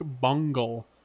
bungle